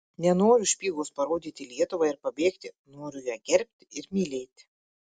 nenoriu špygos parodyti lietuvai ir pabėgti noriu ją gerbti ir mylėti